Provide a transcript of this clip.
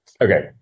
Okay